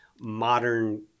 modern